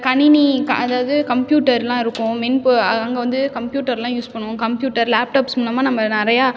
கணினி க அதாவது கம்ப்யூட்டர்லாம் இருக்கும் மின் பொ அ அங்கே வந்து கம்ப்யூட்டரெலாம் யூஸ் பண்ணுவோம் கம்ப்யூட்டர் லேப்டாப்ஸ் நம்ம நம்ப நிறையா